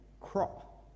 crop